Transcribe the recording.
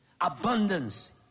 abundance